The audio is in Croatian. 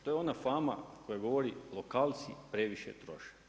To je ona fama koja govori lokalci previše troše.